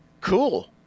cool